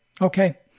Okay